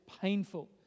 painful